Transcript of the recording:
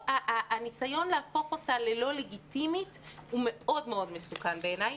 הניסיון להפוך אתה ללא לגיטימית הוא מקום מסוכן בעיניי.